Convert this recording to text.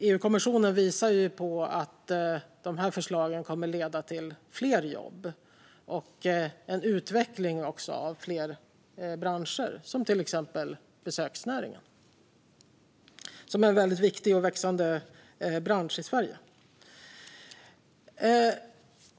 EU-kommissionen visar på att de här förslagen kommer att leda till fler jobb och även till utveckling av fler branscher - till exempel besöksnäringen, som är en viktig och växande bransch i Sverige.